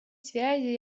связи